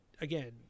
again